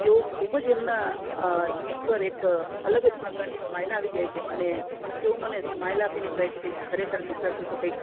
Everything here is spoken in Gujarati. તેઓ ખૂબ જ એમના સ્મિત પર એક અલગ જ પ્રકારની સ્માઇલ આવી જાય છે અને તેઓ મને સ્માઇલ આપીને કહે છે કે ખરેખર દીકરા તું તો કંઈક